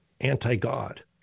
anti-God